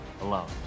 alone